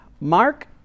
Mark